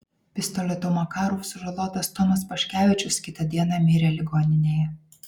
pistoletu makarov sužalotas tomas paškevičius kitą dieną mirė ligoninėje